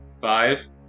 Five